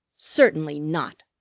certainly not!